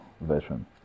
version